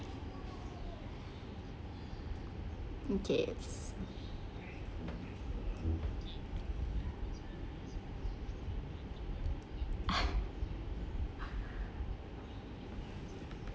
okay it's